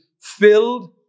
filled